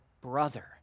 brother